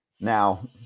Now